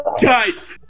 Guys